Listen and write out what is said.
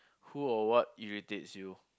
who or what irritates you